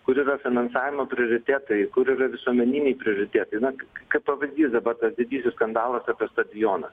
kur yra finansavimo prioritetai kur yra visuomeniniai prioritetai na kaip pavyzdys dabar tas didysis skandalas apie stadioną